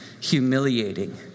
humiliating